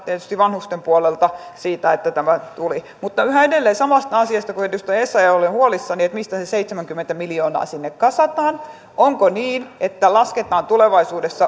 puolesta tietysti vanhusten puolesta siitä että tämä tuli mutta yhä edelleen samasta asiasta kuin edustaja essayah olen huolissani mistä se seitsemänkymmentä miljoonaa sinne kasataan onko niin että lasketaan tulevaisuudessa